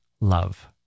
love